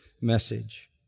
message